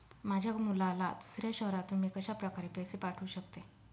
माझ्या मुलाला दुसऱ्या शहरातून मी कशाप्रकारे पैसे पाठवू शकते?